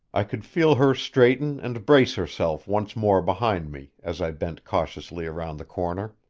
i could feel her straighten and brace herself once more behind me as i bent cautiously around the corner.